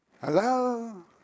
Hello